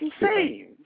insane